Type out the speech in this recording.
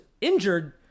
injured